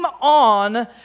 on